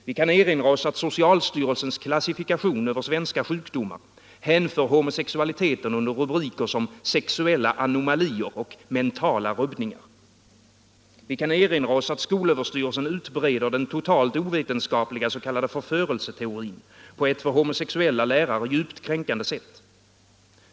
Vi kan erinra oss att socialstyrelsens klassifikation över svenska sjukdomar hänför homosexualiteten under rubriker som ”sexuella anomalier” och ”mentala rubbningar”. Vi kan erinra oss att skolöverstyrelsen utbreder den totalt ovetenskapliga s.k. förförelseteorin på ett för homosexuella lärare djupt kränkande sätt.